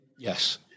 Yes